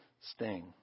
sting